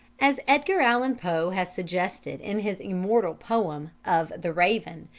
as edgar allan poe has suggested in his immortal poem of the raven,